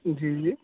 جی جی